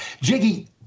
jiggy